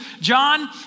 John